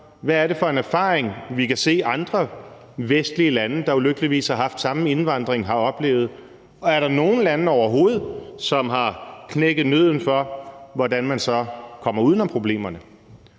Hvad er det for en erfaring, vi kan se andre vestlige lande, der ulykkeligvis har haft den samme indvandring, har oplevet, og er der overhovedet nogen lande, som har knækket nødden, i forhold til hvordan man så kommer uden om problemerne?